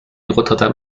rotterdam